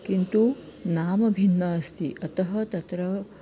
किन्तु नाम भिन्नम् अस्ति अतः तत्र